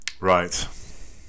Right